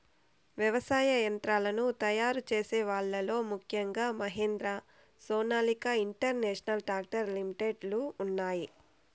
వ్యవసాయ యంత్రాలను తయారు చేసే వాళ్ళ లో ముఖ్యంగా Mahindra, Sonalika international tractor limited లు ఉన్నాయి